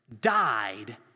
died